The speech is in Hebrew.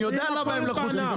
אני יודע למה הם לחוצים,